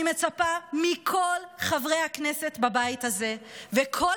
אני מצפה מכל חברי הכנסת בבית הזה ומכל